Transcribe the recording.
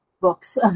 books